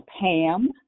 Pam